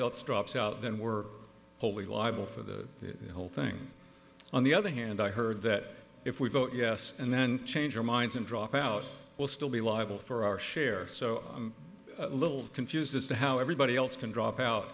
else drops out then we're fully liable for the whole thing on the other hand i heard that if we vote yes and then change our minds and drop out we'll still be liable for our share so i'm a little confused as to how everybody else can drop out